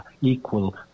equal